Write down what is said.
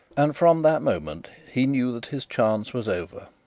and from that moment he knew that his chance was over.